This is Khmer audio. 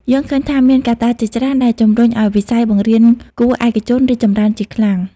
យើងឃើញថាមានកត្តាជាច្រើនដែលជំរុញឲ្យវិស័យបង្រៀនគួរឯកជនរីកចម្រើនជាខ្លាំង។